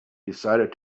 decided